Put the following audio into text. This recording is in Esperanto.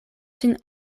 sin